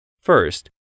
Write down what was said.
First